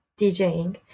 DJing